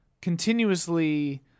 continuously